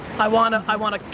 i wanna, i wanna,